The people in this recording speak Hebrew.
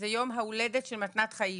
זה יום ההולדת של מתנת חיים.